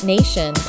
Nation